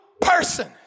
person